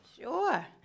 Sure